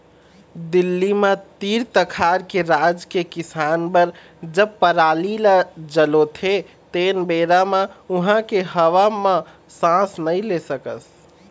दिल्ली म तीर तखार के राज के किसान बर जब पराली ल जलोथे तेन बेरा म उहां के हवा म सांस नइ ले सकस